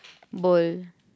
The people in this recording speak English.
bowl